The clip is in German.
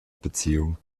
beziehung